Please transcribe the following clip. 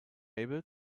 able